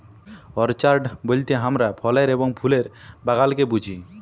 orchard বলতে হামরা ফলের এবং ফুলের বাগালকে বুঝি